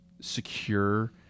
secure